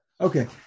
Okay